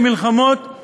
כמלחמות